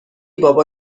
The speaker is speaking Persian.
بابا